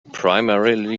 primarily